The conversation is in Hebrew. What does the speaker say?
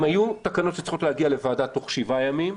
אם היו תקנות שהיו צריכות להגיע לוועדה תוך 7 ימים,